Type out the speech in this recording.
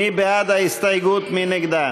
מאיר כהן,